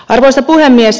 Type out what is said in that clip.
arvoisa puhemies